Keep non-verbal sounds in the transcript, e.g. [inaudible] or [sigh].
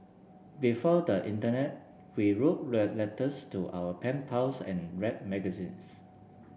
before the internet we wrote [unintelligible] letters to our pen pals and read magazines